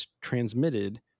transmitted